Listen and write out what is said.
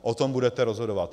O tom budete rozhodovat.